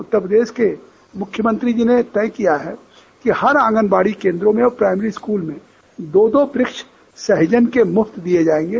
उत्तर प्रदेश के मुख्यमंत्री जी ने तय किया है कि हर आंगनवाड़ी केन्द्रों में और प्राइमरी स्कूलों में दो दो पेड़ सहजन के मुफ्त दिये जायेंगे